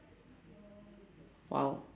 !wow!